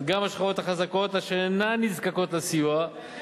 גם השכבות החזקות אשר אינן נזקקות לסיוע.